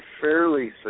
fairly